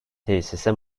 tesise